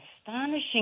astonishing